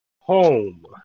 Home